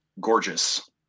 Gorgeous